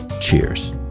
Cheers